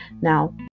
Now